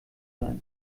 sein